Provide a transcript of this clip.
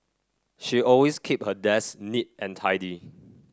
she always keep her desk neat and tidy